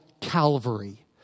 Calvary